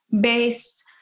based